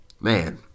man